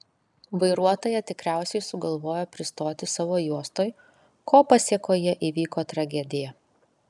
vairuotoja tikriausiai sugalvojo pristoti savo juostoj ko pasėkoje įvyko tragedija